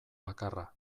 bakarra